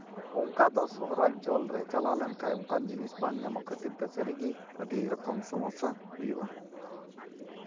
ᱚᱱᱠᱟ ᱫᱚ ᱥᱚᱦᱚᱨᱟᱧᱪᱚᱞ ᱨᱮ ᱪᱟᱞᱟᱣ ᱞᱮᱱᱠᱷᱟᱡ ᱚᱝᱠᱟᱱ ᱡᱤᱱᱤᱥ ᱵᱟᱝ ᱟᱢᱚᱜ ᱠᱷᱟᱹᱛᱤᱨ ᱛᱮ ᱥᱟᱹᱨᱤᱜᱮ ᱟᱹᱰᱤ ᱨᱚᱠᱚᱢ ᱥᱚᱢᱚᱥᱥᱟ ᱦᱩᱭᱩᱜᱼᱟ